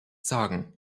sagen